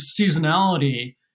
seasonality